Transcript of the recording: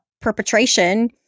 perpetration